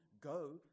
go